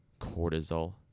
cortisol